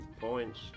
points